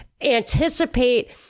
anticipate